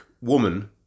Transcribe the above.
woman